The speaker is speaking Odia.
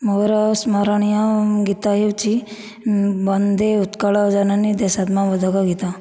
ମୋର ସ୍ମରଣୀୟ ଗୀତ ହେଉଛି ବନ୍ଦେ ଉତ୍କଳ ଜନନୀ ଦେଶାତ୍ମକବୋଧକ ଗୀତ